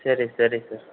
సరే సరే సార్